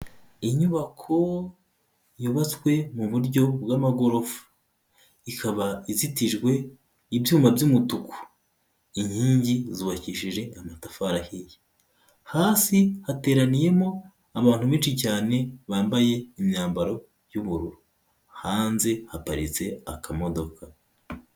Inyubako yubatswe mu buryo bw'amagorofa. Ikaba izitijwe ibyuma by'umutuku. Inkingi zubakishije amatafari ahiye. Hasi hateraniyemo abantu benshi cyane, bambaye imyambaro y'ubururu. Hanze haparitse akamodoka.